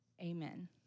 Amen